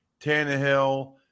Tannehill